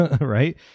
right